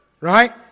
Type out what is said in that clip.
Right